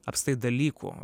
apskritai dalykų